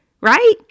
right